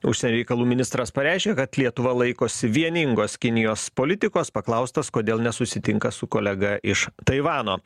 užsienio reikalų ministras pareiškė kad lietuva laikosi vieningos kinijos politikos paklaustas kodėl nesusitinka su kolega iš taivano